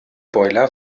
boiler